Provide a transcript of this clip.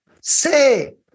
say